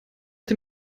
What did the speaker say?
der